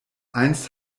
einst